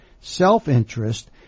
self-interest